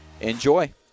enjoy